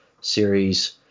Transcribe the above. Series